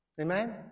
Amen